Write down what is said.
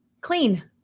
clean